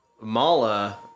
Mala